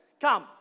come